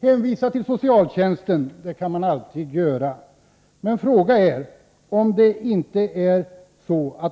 Hänvisa till socialtjänsten kan man alltid göra, men frågan är om inte